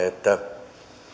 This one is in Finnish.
että